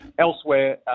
Elsewhere